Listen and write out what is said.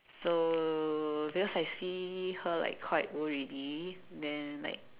so because I see her like quite old already then like